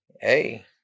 Hey